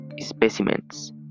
specimens